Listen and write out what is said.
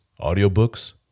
audiobooks